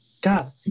God